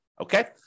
Okay